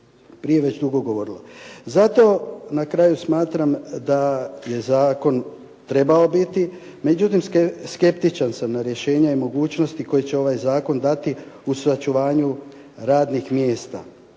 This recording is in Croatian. prije već dugo govorilo. Zato na kraju smatram da je zakon trebao biti, međutim skeptičan sam na rješenja i mogućnosti koje će ovaj zakon dati u sačuvanju radnih mjesta.